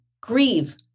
grieve